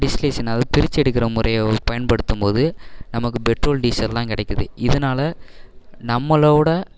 distillation அதாவது பிரித்து எடுக்கிற முறையை பயன்படுத்தும்போது நமக்கு பெட்ரோல் டீசலெலாம் கிடைக்கிது இதனால் நம்மளோட